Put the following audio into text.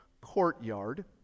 courtyard